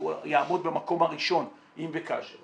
הוא יעמוד במקום הראשון אם וכאשר,